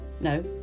no